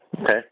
Okay